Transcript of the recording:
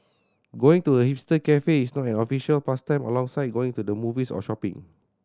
going to a hipster cafe is now an official pastime alongside going to the movies or shopping